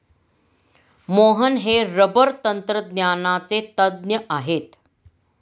मोहन हे रबर तंत्रज्ञानाचे तज्ज्ञ आहेत